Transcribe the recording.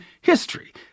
history